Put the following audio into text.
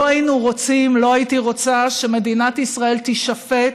לא היינו רוצים, לא הייתי רוצה שמדינת ישראל תישפט